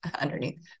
underneath